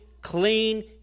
clean